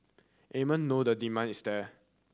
Amen know the demand is there